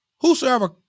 whosoever